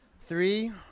Three